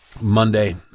Monday